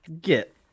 get